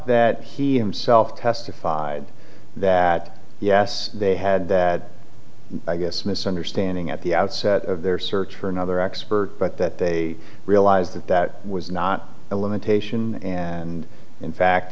that he himself testified that yes they had that i guess misunderstanding at the outset of their search for another expert but that they realized that that was not a limitation and in fact